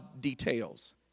details